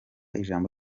ijambo